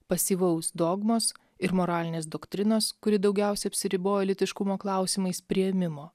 pasyvaus dogmos ir moralinės doktrinos kuri daugiausia apsiribojo lytiškumo klausimais priėmimo